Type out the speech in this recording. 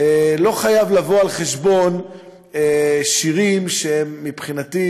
לא צריך לבוא על חשבון שירים שמבחינתי